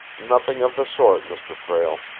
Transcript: nothing of the sort, mr. prale.